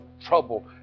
trouble